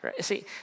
See